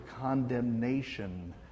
condemnation